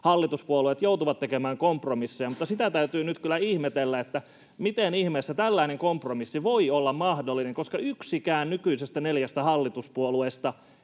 hallituspuolueet joutuvat tekemään kompromisseja, mutta sitä täytyy nyt kyllä ihmetellä, että miten ihmeessä tällainen kompromissi voi olla mahdollinen, koska yksikään nykyisestä neljästä hallituspuolueesta